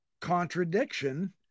contradiction